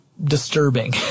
Disturbing